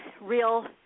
real